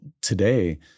today